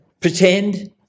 pretend